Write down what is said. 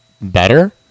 better